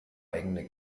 eigene